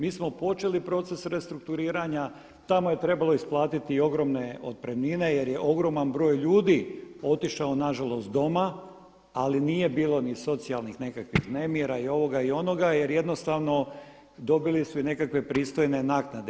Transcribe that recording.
Mi smo počeli proces restrukturiranja, tamo je trebalo isplatiti i ogromne otpremnine jer je ogroman broj ljudi otišao nažalost doma ali nije bilo ni socijalnih nekakvih nemira i ovoga i onoga jer jednostavno dobili su i nekakve pristojne naknade.